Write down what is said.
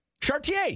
chartier